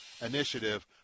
initiative